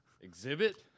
Exhibit